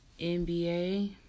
NBA